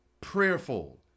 prayerful